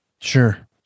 Sure